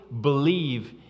believe